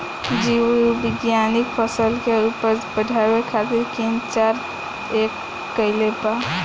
जीव विज्ञानिक फसल के उपज बढ़ावे खातिर दिन रात एक कईले बाड़े